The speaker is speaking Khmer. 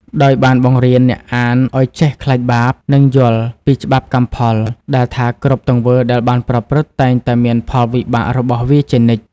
ដោយបានបង្រៀនអ្នកអានឲ្យចេះ ខ្លាចបាប និងយល់ពី ច្បាប់កម្មផល ដែលថាគ្រប់ទង្វើដែលបានប្រព្រឹត្តតែងតែមានផលវិបាករបស់វាជានិច្ច។